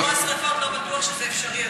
אבל אם יימשכו השרפות לא בטוח שזה אפשרי,